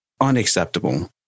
unacceptable